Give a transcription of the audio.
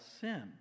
sin